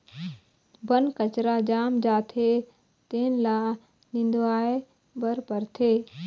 बन कचरा जाम जाथे तेन ल निंदवाए बर परथे